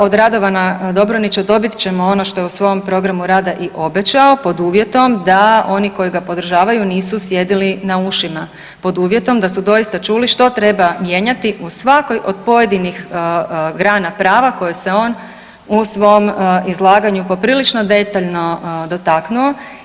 Od Radovana Dobronića dobit ćemo ono što je u svom programu rada i obećao pod uvjetom da oni koji ga podržavaju nisu sjedili na ušima, pod uvjetom da su doista čuli što treba mijenjati u svakoj od pojedinih grana prava koje se on u svom izlaganju poprilično detaljno dotaknuo.